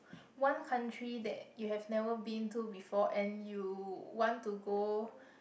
one country that you have never been to before and you want to go